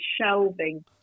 shelving